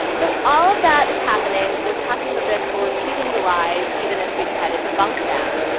so all of that is happening. we're talking about this. we're repeating the lies even as we try to debunk them.